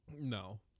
No